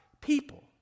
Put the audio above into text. people